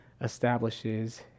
establishes